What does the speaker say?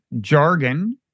jargon